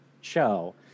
show